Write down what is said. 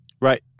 Right